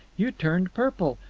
you turned purple.